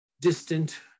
distant